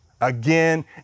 Again